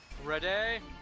Ready